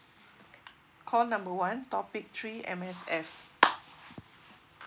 call number one topic three M_S_F